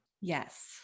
Yes